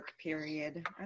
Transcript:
period